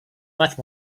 much